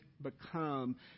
become